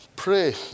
pray